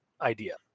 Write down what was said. idea